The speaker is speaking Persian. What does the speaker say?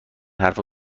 حرفا